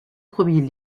premiers